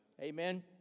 Amen